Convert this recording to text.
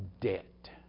debt